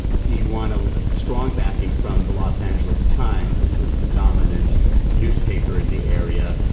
he won ah strong backing from the los angeles times, which was the dominant newspaper in the area.